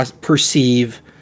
perceive